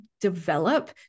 develop